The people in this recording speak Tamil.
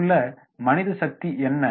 அங்குள்ள மனித சக்தி என்ன